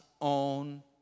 own